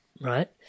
right